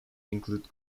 include